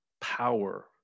power